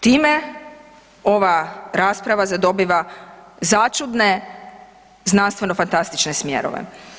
Time ova rasprava zadobiva začudne znanstveno fantastične smjerove.